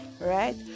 right